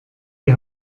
die